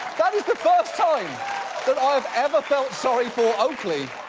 that is the first time that i've ever felt sorry for oakley.